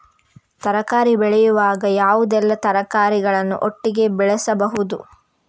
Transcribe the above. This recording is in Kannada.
ತರಕಾರಿ ಬೆಳೆಯುವಾಗ ಯಾವುದೆಲ್ಲ ತರಕಾರಿಗಳನ್ನು ಒಟ್ಟಿಗೆ ಬೆಳೆಸಬಹುದು?